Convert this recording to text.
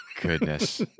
goodness